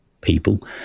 people